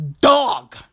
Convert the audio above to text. dog